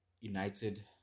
United